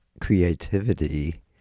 creativity